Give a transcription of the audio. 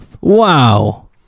Wow